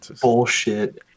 bullshit